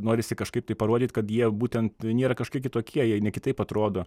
norisi kažkaip tai parodyt kad jie būtent nėra kažkokie kitokie jie ne kitaip atrodo